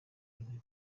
w’intebe